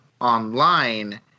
online